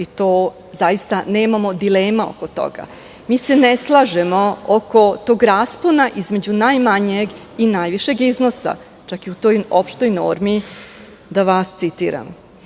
toga zaista nemamo dileme. Mi se ne slažemo oko tog raspona između najmanjeg i najvišeg iznosa, čak i u toj opštoj normi. Radi se o tome